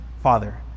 Father